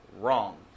Wrong